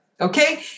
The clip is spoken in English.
okay